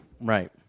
Right